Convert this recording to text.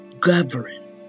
govern